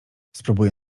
spróbuję